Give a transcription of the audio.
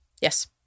Yes